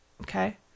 Okay